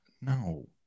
No